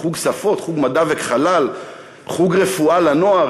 חוג שפות, חוג מדע וחלל, חוג רפואה לנוער.